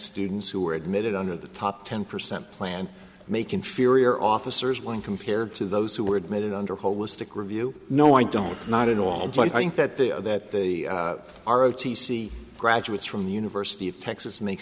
students who were admitted under the top ten percent plan make inferior officers when compared to those who were admitted under a holistic review no i don't not at all but i think that they are that they are o t c graduates from the university of texas make